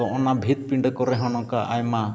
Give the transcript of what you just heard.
ᱛᱚ ᱚᱱᱟ ᱵᱷᱤᱛ ᱯᱤᱸᱰᱟᱹ ᱠᱚᱨᱮ ᱦᱚᱸ ᱱᱚᱝᱠᱟ ᱟᱭᱢᱟ